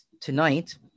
tonight